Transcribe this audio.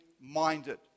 minded